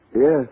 Yes